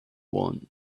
want